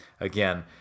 again